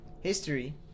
history